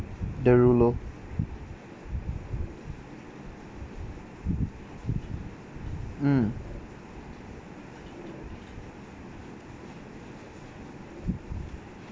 derulo um